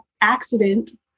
accident